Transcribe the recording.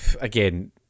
again